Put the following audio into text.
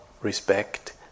respect